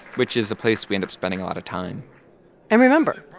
which is a place we end up spending a lot of time and remember,